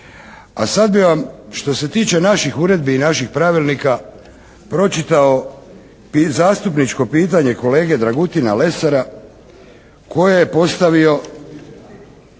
A sad bi vam što se tiče naših uredbi i naših pravilnika pročitao zastupničko pitanje kolege Dragutina Lesara koje je postavio